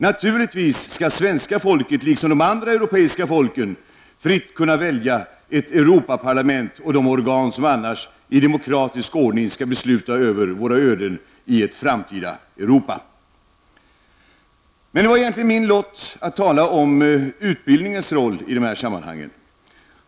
Naturligtvis skall svenska folket, liksom andra europeiska folk, fritt kunna välja Europaparlament och de organ som i demokratisk ordning skall avgöra våra öden i ett framtida Europa. Egentligen har det fallit på min lott att tala om utbildningens roll i de här sammanhangen.